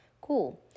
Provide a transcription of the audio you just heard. Cool